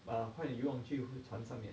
ah 快点游泳去回船上了